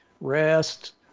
Rest